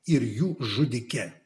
ir jų žudike